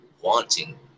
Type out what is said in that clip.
wanting